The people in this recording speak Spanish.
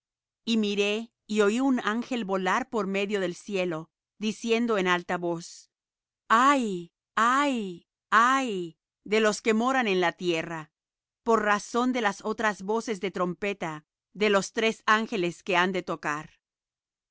y miré y oí un ángel volar por medio del cielo diciendo en alta voz ay ay ay de los que moran en la tierra por razón de las otras voces de trompeta de los tres ángeles que han de tocar